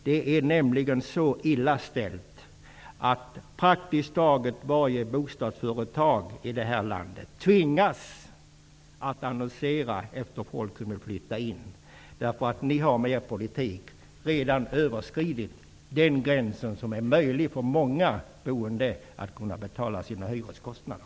Det är nämligen så illa ställt att praktiskt taget varje bostadsföretag i det här landet tvingas annonsera efter folk som vill flytta in. Ni har med er politik redan överskridit gränsen för de hyreskostnader som de boende har möjlighet att betala.